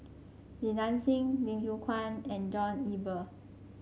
Li Nanxing Lim Yew Kuan and John Eber